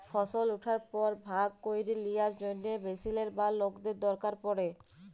ফসল উঠার পর ভাগ ক্যইরে লিয়ার জ্যনহে মেশিলের বা লকদের দরকার পড়ে